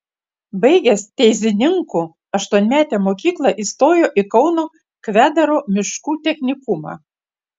baigęs teizininkų aštuonmetę mokyklą įstojo į kauno kvedaro miškų technikumą